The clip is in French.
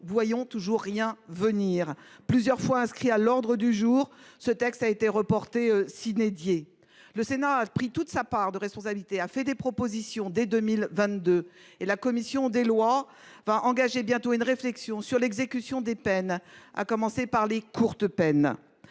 voyons toujours rien venir. Plusieurs fois inscrit à l’ordre du jour, l’examen de ce texte a été reporté. Le Sénat a pris toute sa part de responsabilité en formulant des propositions dès 2022, et la commission des lois engagera bientôt une réflexion sur l’exécution des peines, à commencer par les courtes peines.